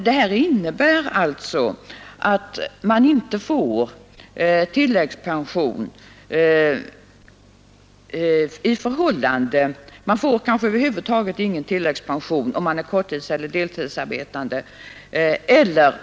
Detta innebär alltså att den anställde inte får tilläggspension som svarar mot inbetalade avgifter. Han får kanske över huvud taget ingen tilläggspension, om han är korttidseller deltidsarbetande.